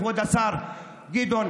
כבוד השר גדעון,